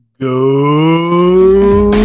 go